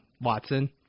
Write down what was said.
Watson